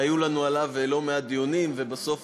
שהיה לנו עליו לא מעט דיונים ובסוף